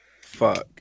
Fuck